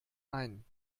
ein